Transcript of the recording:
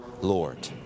Lord